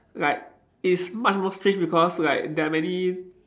like it is much more strange because like there are many